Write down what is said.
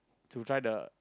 to try the